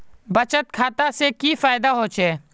बचत खाता से की फायदा होचे?